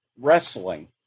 wrestling